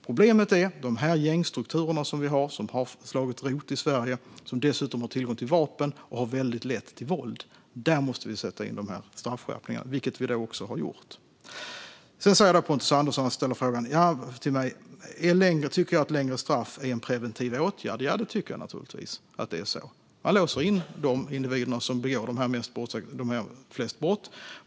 Problemet är de gängstrukturer som har slagit rot i Sverige - gäng som dessutom har tillgång till vapen och har väldigt nära till våld. Där måste vi sätta in straffskärpningar, vilket vi också har gjort. Pontus Andersson frågar mig om jag tycker att längre straff är en preventiv åtgärd. Ja, det tycker jag naturligtvis. Man låser in de individer som begår flest brott.